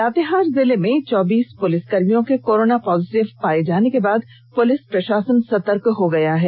लातेहार जिले में चौबीस पुलिसकर्मियों के कोरोना पॉजिटिव पाए जाने के बाद पुलिस प्रशासन सतर्क हो गया है